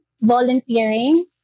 volunteering